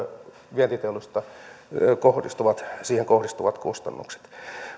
vientiteollisuuteen kohdistuvat kustannukset